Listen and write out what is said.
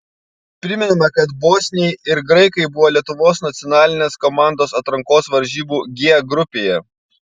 primename kad bosniai ir graikai buvo lietuvos nacionalinės komandos atrankos varžybų g grupėje